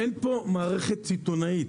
אין פה מערכת סיטונאית.